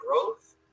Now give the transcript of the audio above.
growth